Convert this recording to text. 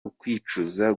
ukwicuza